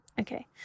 Okay